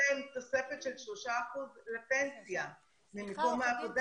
להם תוספת של 3% לפנסיה ממקום העבודה